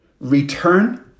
return